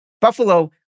Buffalo